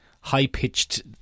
High-pitched